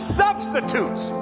substitutes